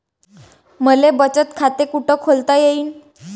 मले बचत खाते कुठ खोलता येईन?